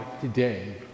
today